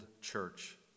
church